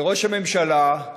וראש הממשלה,